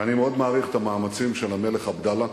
אני מאוד מעריך את המאמצים של המלך עבדאללה,